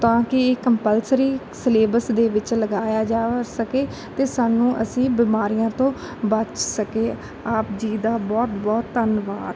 ਤਾਂ ਕਿ compulsory syllabus ਦੇ ਵਿੱਚ ਲਗਾਇਆ ਜਾ ਸਕੇ ਅਤੇ ਸਾਨੂੰ ਅਸੀਂ ਬਿਮਾਰੀਆਂ ਤੋਂ ਬਚ ਸਕੇ ਆਪ ਜੀ ਦਾ ਬਹੁਤ ਬਹੁਤ ਧੰਨਵਾਦ